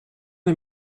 les